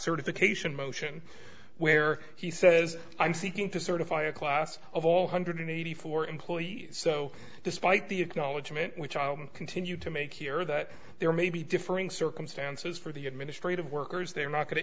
certification motion where he says i'm seeking to certify a class of all hundred eighty four employees so despite the acknowledgment which i continue to make here that there may be differing circumstances for the administrative workers they're not going to